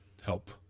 help